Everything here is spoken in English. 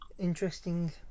Interesting